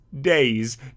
days